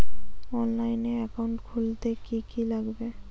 অনলাইনে একাউন্ট খুলতে কি কি লাগবে?